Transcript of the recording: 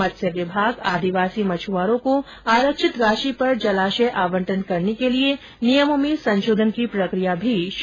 मत्स्य विभाग आदिवासी मछुआरों को आरक्षित राशि पर जलाशय आवंटन करने के लिए नियमों में संशोधन की प्रकिया भी शुरू कर चुका है